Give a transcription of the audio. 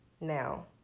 Now